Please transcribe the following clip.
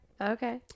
Okay